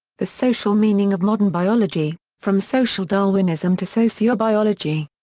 the social meaning of modern biology from social darwinism to sociobiology.